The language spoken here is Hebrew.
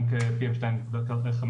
גם PM2.5,